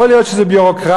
יכול להיות שזה ביורוקרטיה,